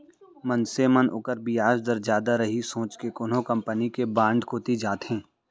मनसे मन ओकर बियाज दर जादा रही सोच के कोनो कंपनी के बांड कोती जाथें